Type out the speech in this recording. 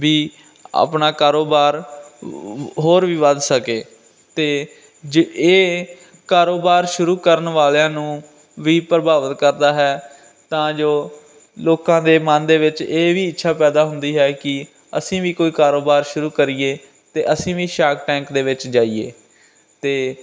ਵੀ ਆਪਣਾ ਕਾਰੋਬਾਰ ਹੋਰ ਵੀ ਵੱਧ ਸਕੇ ਅਤੇ ਜੇ ਇਹ ਕਾਰੋਬਾਰ ਸ਼ੁਰੂ ਕਰਨ ਵਾਲਿਆਂ ਨੂੰ ਵੀ ਪ੍ਰਭਾਵਿਤ ਕਰਦਾ ਹੈ ਤਾਂ ਜੋ ਲੋਕਾਂ ਦੇ ਮਨ ਦੇ ਵਿੱਚ ਇਹ ਵੀ ਇੱਛਾ ਪੈਦਾ ਹੁੰਦੀ ਹੈ ਕਿ ਅਸੀਂ ਵੀ ਕੋਈ ਕਾਰੋਬਾਰ ਸ਼ੁਰੂ ਕਰੀਏ ਅਤੇ ਅਸੀਂ ਵੀ ਸ਼ਾਰਕ ਟੈਂਕ ਦੇ ਵਿੱਚ ਜਾਈਏ ਅਤੇ